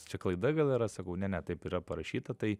čia klaida gal yra sakau ne ne taip yra parašyta tai